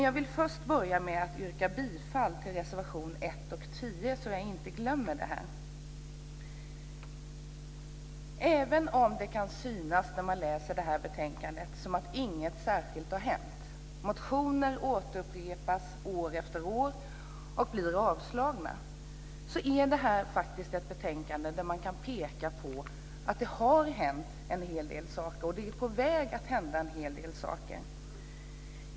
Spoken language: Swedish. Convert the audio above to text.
Jag vill börja med att yrka bifall till reservationerna 1 och 10. Även om det kan synas som att ingenting särskilt har hänt när man läser detta betänkande - motioner återupprepas år efter och blir avslagna - så är detta faktiskt ett betänkande där man kan peka på att det har hänt en hel del saker och att en hel del saker är på väg att hända.